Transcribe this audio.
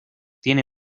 tiene